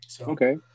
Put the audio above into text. Okay